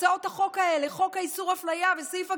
הצעות החוק האלה, חוק איסור אפליה וסעיף הגזענות,